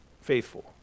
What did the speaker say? faithful